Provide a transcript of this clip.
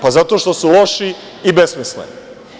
Pa, zato što su loši i besmisleni.